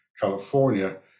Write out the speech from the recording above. California